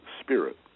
spirit